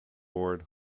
bored